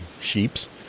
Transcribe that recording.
sheeps